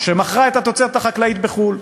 ומכרה את התוצרת החקלאית בחו"ל.